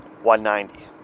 190